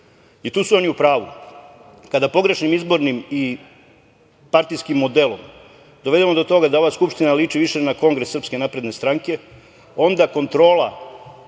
i tu su oni u pravu. Kada pogrešnim izbornim i partijskom modelom dovedemo do toga da ova Skupština liči više na kongres SNS, onda kontrola